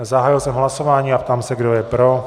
Zahájil jsem hlasování a ptám se, kdo je pro.